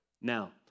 now